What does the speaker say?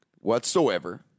whatsoever